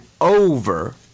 over